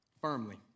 firmly